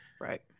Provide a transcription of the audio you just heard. Right